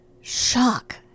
Shock